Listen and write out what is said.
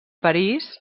parís